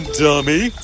dummy